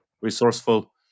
resourceful